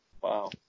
Wow